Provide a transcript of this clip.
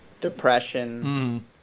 depression